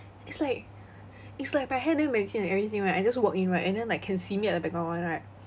it's like it's like my hair damn messy and everything right and I just walk in right and then like can see me at the background [one] right